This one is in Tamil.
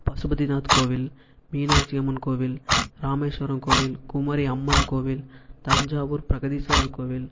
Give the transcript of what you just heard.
பசுபதிநாத் கோவில் மீனாக்ச்சி அம்மன் கோவில் ராமேஷ்வரம் கோவில் குமரி அம்மன் கோவில் தஞ்சாவூர் ப்ரகதீஸ்வரர் கோவில்